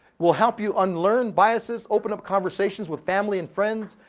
we'll help you unlearn biases, open up conversation with family and friends,